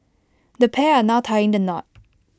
the pair are now tying the knot